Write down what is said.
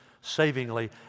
savingly